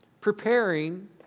preparing